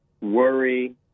worry